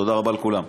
תודה רבה לכולם.